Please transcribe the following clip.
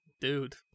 Dude